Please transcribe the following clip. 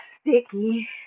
sticky